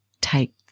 take